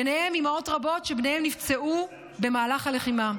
ובהן אימהות רבות שבניהן נפצעו במהלך הלחימה.